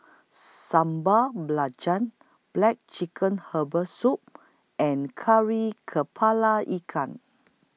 Sambal Belacan Black Chicken Herbal Soup and Kari Kepala Ikan